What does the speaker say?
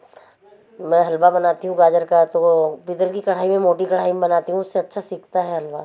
मैं हलवा बनाती हूँ गाजर का तो वह पीतल की कढ़ाई में मोटी कढ़ाई में बनाती हूँ उससे अच्छा सिकता है हलवा